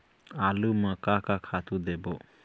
आलू म का का खातू देबो?